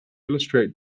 illustrate